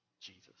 Jesus